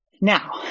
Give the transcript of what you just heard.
Now